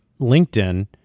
LinkedIn